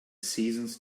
seasons